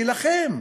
תילחם,